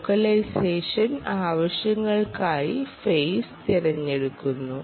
localisation ആവശ്യങ്ങൾക്കായി phase തിരഞ്ഞെടുക്കുന്നു